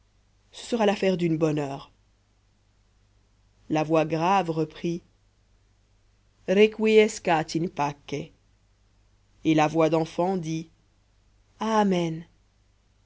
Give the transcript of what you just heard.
ce sera l'affaire d'une bonne heure la voix grave reprit requiescat in pace et la voix d'enfant dit amen